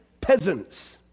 peasants